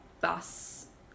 bus